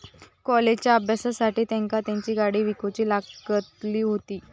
कॉलेजच्या अभ्यासासाठी तेंका तेंची गाडी विकूची लागली हुती